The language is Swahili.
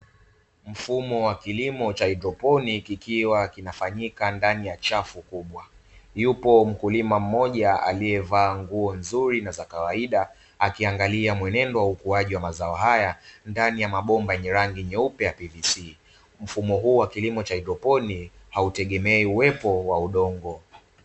Mfumo wa kilimo cha haidroponi kikiwa kinafanyika ndani ya chafu kubwa, yupo mkulima mmoja aliyevaa nguo nzuri na za kawaida akiangalia mwenendo wa ukuaji wa mazao haya ndani ya mabomba yenye rangi nyeupe ya “PVC” mfumo huu wa kilimo cha haidroponi hautegemei uwepo wa udongo.